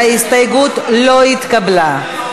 שההסתייגות לא התקבלה.